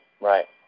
Right